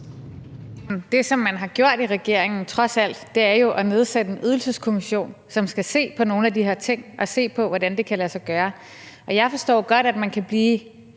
Det, som man har gjort i regeringen trods alt, er jo at nedsætte en ydelseskommission, som skal se på nogle af de her ting og se på, hvordan det kan lade sig gøre. Jeg forstår godt, at man kan blive